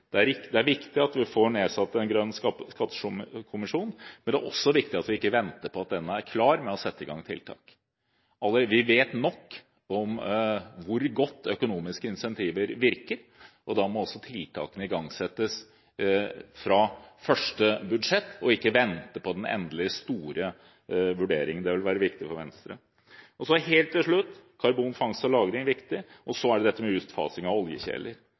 Det er viktig at vi får nedsatt en grønn skattekommisjon. Det er også viktig at vi ikke venter på at den er klar, før vi setter i gang tiltak. Vi vet nok om hvor godt økonomiske incentiver virker. Da må også tiltakene igangsettes fra første budsjett. Man må ikke vente på den endelige, store vurderingen. Det vil være viktig for Venstre. Helt til slutt: Karbonfangst- og lagring er viktig. Så gjelder det utfasing av oljekjeler.